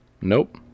nope